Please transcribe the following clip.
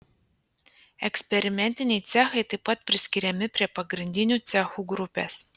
eksperimentiniai cechai taip pat priskiriami prie pagrindinių cechų grupės